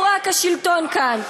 הוא רק השלטון כאן.